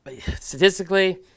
statistically